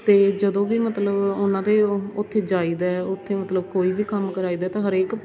ਅਤੇ ਜਦੋਂ ਵੀ ਮਤਲਬ ਉਹਨਾਂ ਦੇ ਉਹ ਉੱਥੇ ਜਾਈ ਦਾ ਉੱਥੇ ਮਤਲਬ ਕੋਈ ਵੀ ਕੰਮ ਕਰਾਈ ਦਾ ਤਾਂ ਹਰੇਕ